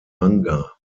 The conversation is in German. manga